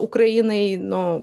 ukrainai nu